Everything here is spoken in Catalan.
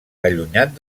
allunyat